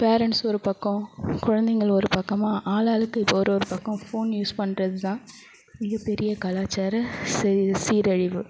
parents ஒரு பக்கம் குழந்தைங்கள் ஒரு பக்கமாக ஆளாளுக்கு இப்போ ஒரு ஒரு பக்கம் ஃபோன் யூஸ் பண்ணுறது தான் மிகப்பெரிய கலாச்சார சீ சீரழிவு